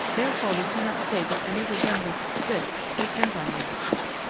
therefore we cannot state that any resemblance exists with enzyme reactions.